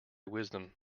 wisdom